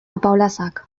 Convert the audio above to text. apaolazak